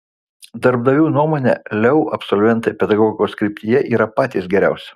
darbdavių nuomone leu absolventai pedagogikos kryptyje yra patys geriausi